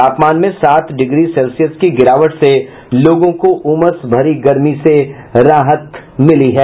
तापमान में सात डिग्री सेल्सियस की गिरावट से लोगों को उमस भरी गर्मी से राहत मिली है